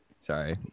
Sorry